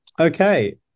okay